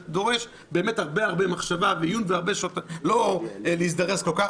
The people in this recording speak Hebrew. זה דורש הרבה מחשבה ועיון ולא להזדרז כל כך.